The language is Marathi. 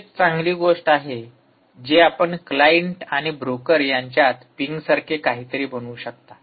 ही एक चांगली गोष्ट आहे जी आपण क्लायंट आणि ब्रोकर यांच्यात पिंगसारखे काहीतरी बनवू शकता